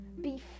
Beef